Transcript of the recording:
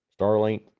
Starlink